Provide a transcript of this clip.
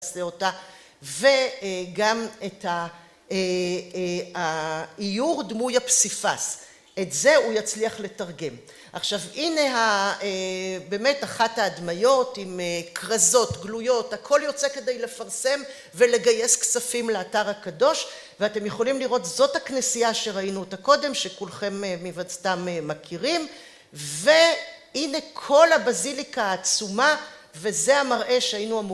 וגם את האיור דמוי הפסיפס, את זה הוא יצליח לתרגם. עכשיו הנה באמת אחת ההדמיות עם קרזות, גלויות, הכל יוצא כדי לפרסם ולגייס כספים לאתר הקדוש. ואתם יכולים לראות, זאת הכנסייה שראינו אותה קודם, שכולכם מבט סתם מכירים. והנה כל הבזיליקה העצומה, וזה המראה שהיינו אמורים לראות.